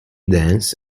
dance